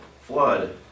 flood